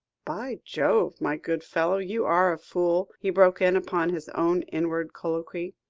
by jove, my good fellow, you are a fool, he broke in upon his own inward colloquy,